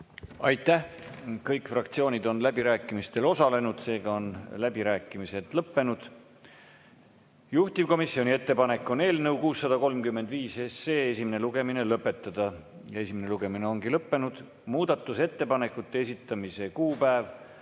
Aitäh! Kõik fraktsioonid on läbirääkimistel osalenud, seega on läbirääkimised lõppenud. Juhtivkomisjoni ettepanek on eelnõu 635 esimene lugemine lõpetada. Esimene lugemine ongi lõppenud. Muudatusettepanekute esitamise kuupäev